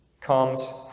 comes